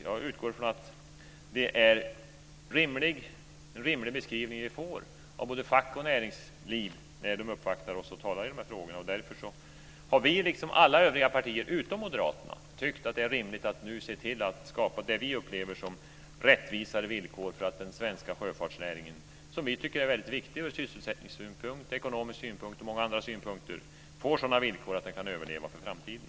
Jag utgår från att det är en rimlig beskrivning vi får av både fack och näringsliv när de uppvaktar oss och talar i de här frågorna. Därför har vi, liksom alla övriga partier utom Moderaterna, tyckt att det är rimligt att nu se till att skapa det vi upplever som rättvisare villkor för den svenska sjöfartsnäringen, som vi tycker är väldigt viktig ur sysselsättningssynpunkt, ekonomisk synpunkt och många andra synpunkter. Den måste få sådana villkor att den kan överleva för framtiden.